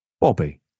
Bobby